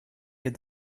est